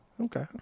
Okay